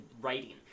writing